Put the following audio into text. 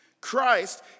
Christ